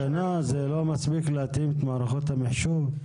שנה לא מספיקה כדי להתאים את מערכות המחשוב?